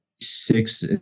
six